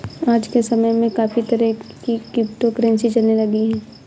आज के समय में काफी तरह की क्रिप्टो करंसी चलने लगी है